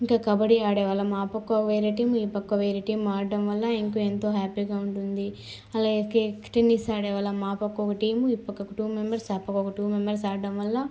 ఇంకా కబడ్డీ ఆడేవాళ్ళం ఆ పక్క ఒక వేరే టీమ్ ఈ పక్క ఒక వేరే టీమ్ ఆడడం వల్ల ఇంకా ఎంతో హ్యాపీగా ఉంటుంది అలాగే టెన్నిస్ ఆడేవాళ్ళం మా పక్క ఒక టీం ఈ పక్క ఒక టూ మెంబర్స్ ఆ పక్కఒక టూ మెంబర్స్ ఆడడం వల్ల